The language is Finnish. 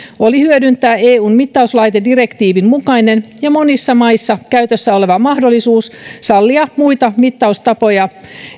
oli hyödyntää eun mittauslaitedirektiivin mukainen ja monissa maissa käytössä oleva mahdollisuus sallia muita mittaustapoja